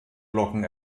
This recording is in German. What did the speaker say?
glocken